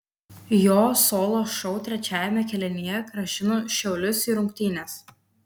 jo solo šou trečiajame kėlinyje grąžino šiaulius į rungtynes